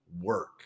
work